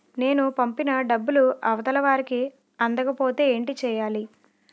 నేను పంపిన డబ్బులు అవతల వారికి అందకపోతే ఏంటి చెయ్యాలి?